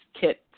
kit